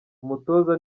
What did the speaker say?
umutoza